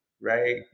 right